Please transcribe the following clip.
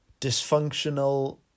Dysfunctional